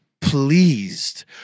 pleased